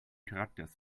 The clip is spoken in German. charakters